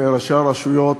ראשי הרשויות